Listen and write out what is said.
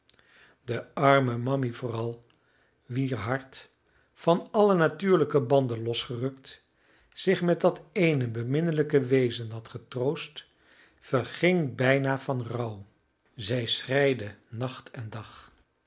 de arme mammy vooral wier hart van alle natuurlijke banden losgerukt zich met dat ééne beminnelijke wezen had getroost verging bijna van rouw zij schreide nacht en dag